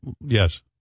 Yes